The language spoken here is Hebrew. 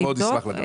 אני אשמח לדעת.